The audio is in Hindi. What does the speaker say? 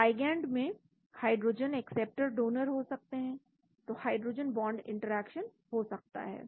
लाइगैंड में हाइड्रोजन एक्सेप्टरस डोनर हो सकते हैं तो हाइड्रोजन बॉन्ड इंटरेक्शन हो सकता है